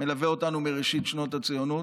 הוא מלווה אותנו מראשית שנות הציונות,